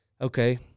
Okay